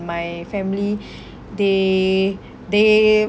my family they they